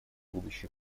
будущих